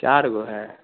चार गो हैं